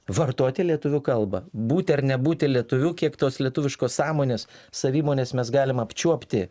vartoti lietuvių kalbą būti ar nebūti lietuviu kiek tos lietuviškos sąmonės savimonės mes galim apčiuopti